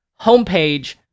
homepage